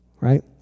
Right